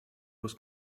was